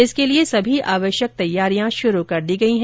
इसके लिए सभी आवश्यक तैयारियां शुरू कर दी गयी हैं